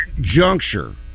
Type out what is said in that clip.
juncture